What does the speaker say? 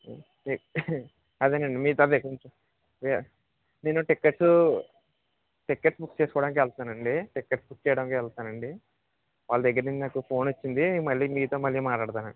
అదేనండి మిగతాది నేను టికెటు టికెట్ బుక్ చేసుకోవడానికి వెళ్తానండి టికెట్ బుక్ చెయ్యడానికే వెళ్తానండి వాళ్ళ దగ్గరనుంచి నాకు ఫోన్ వచ్చింది మళ్ళీ మీతో మళ్ళీ మాట్లాడతాను అండి